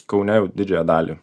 kaune didžiąją dalį